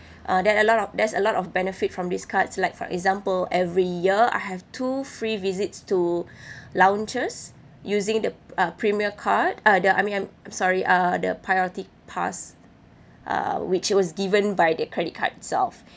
uh there a lot of there's a lot of benefit from these cards like for example every year I have two free visits to lounges using the uh premier card uh the I mean I'm sorry uh the priority pass uh which it was given by the credit card itself